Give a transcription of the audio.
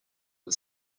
but